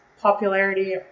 popularity